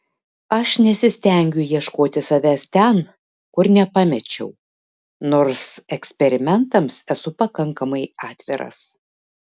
aš nesistengiu ieškoti savęs ten kur nepamečiau nors eksperimentams esu pakankamai atviras